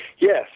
yes